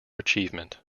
achievement